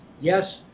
yes